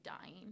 dying